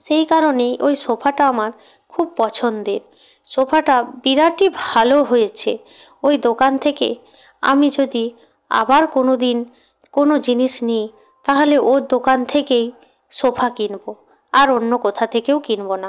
সেই কারণেই ওই সোফাটা আমার খুব পছন্দের সোফাটা বিরাটই ভালো হয়েছে ওই দোকান থেকে আমি যদি আবার কোনো দিন কোনো জিনিস নিই তাহলে ওর দোকান থেকেই সোফা কিনব আর অন্য কোথা থেকেও কিনব না